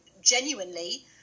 genuinely